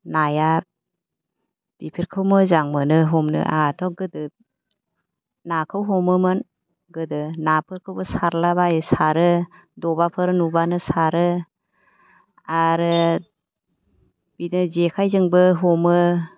नाया बेफोरखौ मोजां मोनो हमनो आंहाथ' गोदो नाखौ हमोमोन गोदो नाफोरखौबो सारला बायो सारो द'बाफोर नुबानो सारो आरो बिदि जेखाइजोंबो हमो